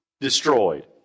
destroyed